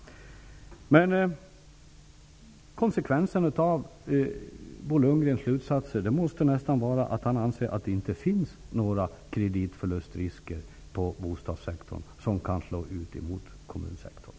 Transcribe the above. Konsekvensen av Bo Lundgrens slutsatser måste nästan vara att han anser att det inom bostadssektorn inte finns några risker för kreditförluster som kan drabba kommunsektorn.